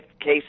case